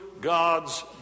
God's